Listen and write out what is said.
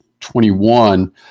21